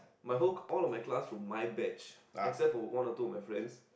my whole all of my class from my batch except for one or two of my friends